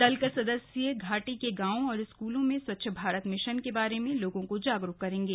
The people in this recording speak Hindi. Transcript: दल के सदस्य घाटी के गांवों और स्कूलों में स्वच्छ भारत मिशन के बारे में लोगों को जागरूक करेंगे